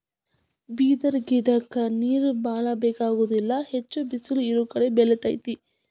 ಬಿದಿರ ಗಿಡಕ್ಕ ನೇರ ಬಾಳ ಬೆಕಾಗುದಿಲ್ಲಾ ಹೆಚ್ಚ ಬಿಸಲ ಇರುಕಡೆ ಬೆಳಿತೆತಿ